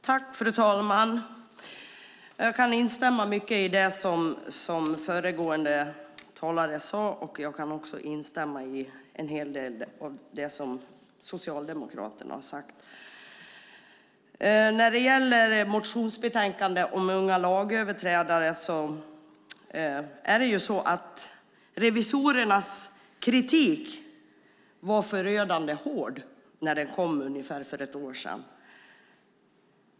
Fru talman! Jag kan instämma i mycket av det som föregående talare sade. Jag kan också instämma i en hel del av det som Socialdemokraterna har sagt. När det gäller motionsbetänkandet om unga lagöverträdare var revisorernas kritik förödande hård när den kom för ungefär ett år sedan.